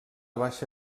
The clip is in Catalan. baixa